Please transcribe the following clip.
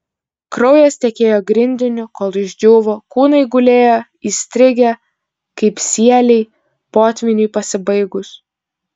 kraujas tekėjo grindiniu kol išdžiūvo kūnai gulėjo įstrigę kaip sieliai potvyniui pasibaigus